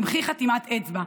במחי חתימת אצבע.